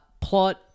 plot